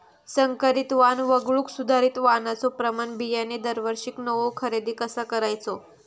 संकरित वाण वगळुक सुधारित वाणाचो प्रमाण बियाणे दरवर्षीक नवो खरेदी कसा करायचो?